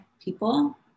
people